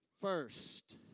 first